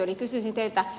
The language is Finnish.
eli kysyisin teiltä